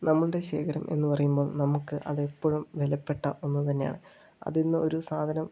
നമ്മുടെ ശേഖരം എന്ന് പറയുമ്പോൾ നമുക്ക് അത് എപ്പോഴും വിലപ്പെട്ട ഒന്നുതന്നെയാണ് അതിൽ നിന്ന് ഒരു സാധനം